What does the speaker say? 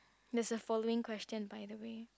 there's a following question by the way